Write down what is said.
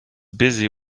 busy